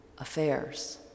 affairs